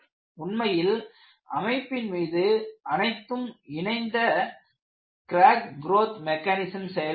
உண்மையில்அமைப்பின் மீது அனைத்தும் இணைந்த கிராக் க்ரோத் மெக்கானிசம் செயல்படுகிறது